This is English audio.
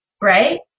right